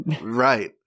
right